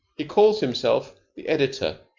he calls himself the editor,